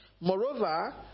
Moreover